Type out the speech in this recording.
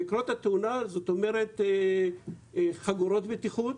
בקרות התאונה זאת אומרת חגורות בטיחות,